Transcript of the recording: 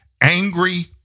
Angry